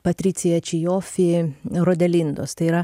patricia ciofi rodelindos tai yra